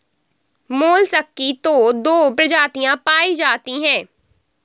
mollusc की तो दो प्रजातियां पाई जाती है